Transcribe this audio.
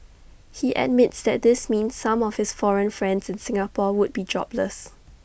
he admits that this means some of his foreign friends in Singapore would be jobless